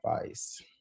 advice